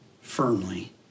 firmly